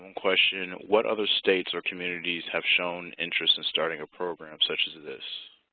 question, what other states or communities have shown interest in starting a program such as this?